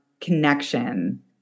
connection